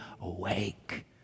awake